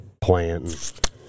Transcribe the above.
plant